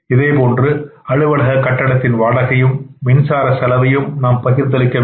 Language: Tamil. இதேபோன்று அலுவலக கட்டடத்தின் வாடகையும் மின்சார செலவையும் நாம் பகிர்ந்தளிக்க வேண்டும்